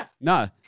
no